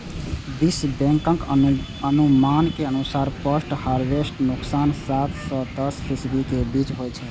विश्व बैंकक अनुमान के अनुसार पोस्ट हार्वेस्ट नुकसान सात सं दस फीसदी के बीच होइ छै